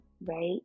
right